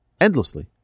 Endlessly